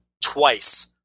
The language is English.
twice